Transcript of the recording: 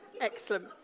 Excellent